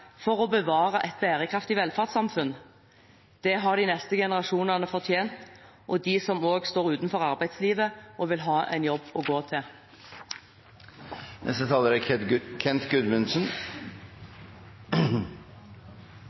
for å bevare et bærekraftig velferdssamfunn. Det har de neste generasjonene fortjent, også de som står utenfor arbeidslivet og vil ha en jobb å gå til.